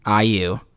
IU